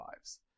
lives